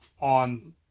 on